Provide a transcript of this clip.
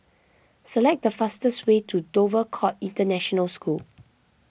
select the fastest way to Dover Court International School